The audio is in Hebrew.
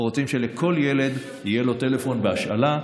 אנחנו רוצים שלכל ילד יהיה טלפון בהשאלה,